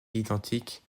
identique